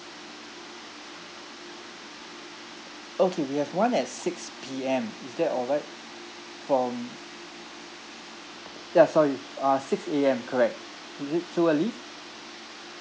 okay we have one at six P_M is that all right from ya sorry uh six A_M correct is it too early